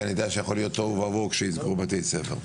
כי אני יודע שיכול להיות תוהו ובוהו כשיסגרו בתי ספר.